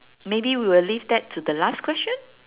maybe we will leave that to the last question